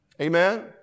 Amen